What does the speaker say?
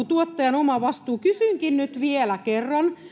tuottajan omavastuu kysynkin nyt vielä kerran